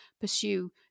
pursue